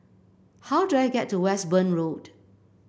how do I get to Westbourne Road